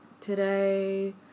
today